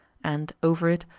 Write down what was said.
and, over it,